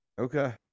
Okay